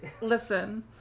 listen